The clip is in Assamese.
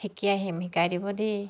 শিকি আহিম শিকাই দিব দেই